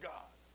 God